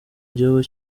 igihugu